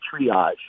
triage